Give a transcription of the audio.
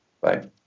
Bye